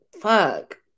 fuck